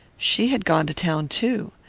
she had gone to town too.